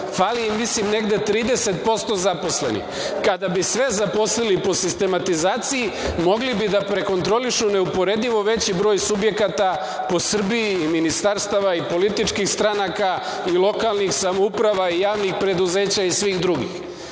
da im feli negde 30% zaposlenih. Kada bi sve zaposlili po sistematizaciji, mogli bi da prekontrolišu neuporedivo veći broj subjekata po Srbiji i ministarstvima, političkim strankama, lokalnim samoupravama i javnim preduzećima i svima drugima